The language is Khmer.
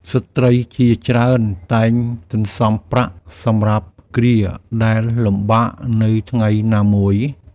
ស្ត្រីជាច្រើនតែងសន្សំប្រាក់សម្រាប់គ្រាដែលលំបាកនៅថ្ងៃណាមួយ។